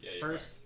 first